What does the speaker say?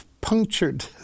punctured